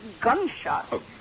gunshot